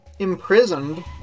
Imprisoned